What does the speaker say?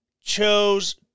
chose